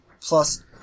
plus